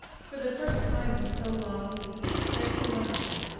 for the first time in so long that he could scarcely remember,